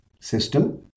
system